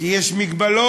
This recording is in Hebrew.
כי יש מגבלות.